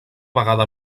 vegada